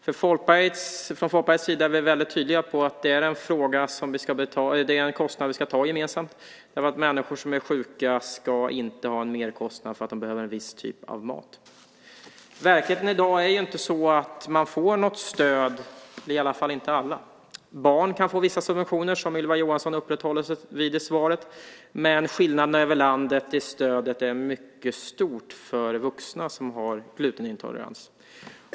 Från Folkpartiets sida är vi väldigt tydliga med att det är en kostnad vi ska ta gemensamt, därför att människor som är sjuka ska inte ha en merkostnad därför att de behöver en viss typ av mat. Verkligheten i dag är inte sådan att man får något stöd, i alla fall inte alla. Barn kan få vissa subventioner, som Ylva Johansson uppehåller sig vid i svaret. Men skillnaderna över landet när det gäller stödet är mycket stort för vuxna som har glutenintolerans.